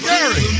Gary